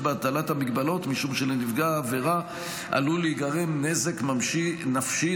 בהטלת המגבלות משום שלנפגע העבירה עלול להיגרם נזק נפשי,